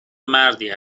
مردی